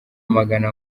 amagana